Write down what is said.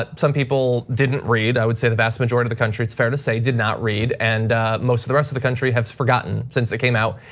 ah some people didn't read, i would say the vast majority of the country, it's fair to say did not read. and most of the rest of the country have forgotten since they came out.